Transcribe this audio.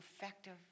effective